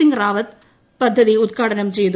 സിംഗ്റാവത്ത് പദ്ധതി ഉദ്ഘാടനം ചെയ്തു